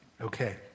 Okay